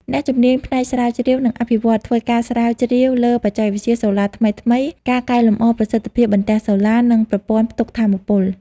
អ្នកជំនាញផ្នែកស្រាវជ្រាវ និងអភិវឌ្ឍន៍ ធ្វើការស្រាវជ្រាវលើបច្ចេកវិទ្យាសូឡាថ្មីៗ ការកែលម្អប្រសិទ្ធភាពបន្ទះសូឡា និងប្រព័ន្ធផ្ទុកថាមពល។